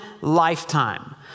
lifetime